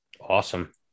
awesome